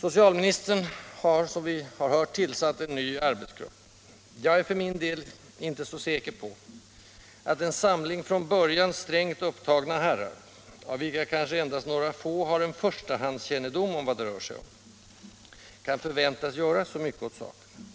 Socialministern har, som vi har hört, tillsatt en ny arbetsgrupp. Jag är för min del inte så säker på att en samling från början strängt upptagna herrar, av vilka kanske endast några få har en förstahandskännedom om vad det rör sig om, kan förväntas göra så mycket åt saken.